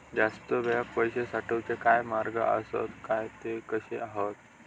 जास्त वेळाक पैशे साठवूचे काय मार्ग आसत काय ते कसे हत?